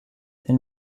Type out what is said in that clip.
then